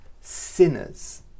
sinners